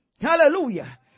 Hallelujah